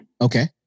Okay